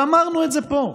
ואמרנו את זה פה.